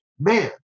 man